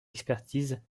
expertises